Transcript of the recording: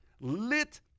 lit